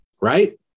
right